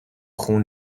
خون